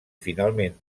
finalment